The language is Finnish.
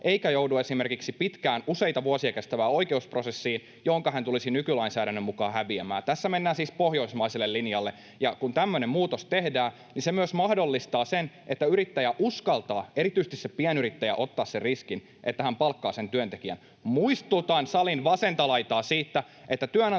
esimerkiksi pitkään, useita vuosia kestävään oikeusprosessiin, jonka hän tulisi nykylainsäädännön mukaan häviämään. Tässä mennään siis pohjoismaiselle linjalle. Kun tämmöinen muutos tehdään, niin se myös mahdollistaa sen, että yrittäjä, erityisesti pienyrittäjä, uskaltaa ottaa sen riskin, että hän palkkaa sen työntekijän. [Juho Eerolan välihuuto] Muistutan salin vasenta laitaa siitä, että työnantajayrittäjien